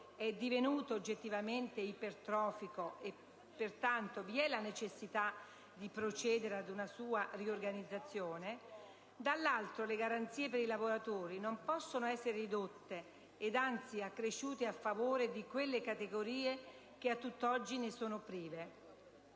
è divenuto oggettivamente ipertrofico e pertanto vi è la necessità di procedere ad una sua riorganizzazione, dall'altro le garanzie per i lavoratori non possono essere ridotte ed anzi vanno accresciute a favore di quelle categorie che a tutt'oggi ne sono prive.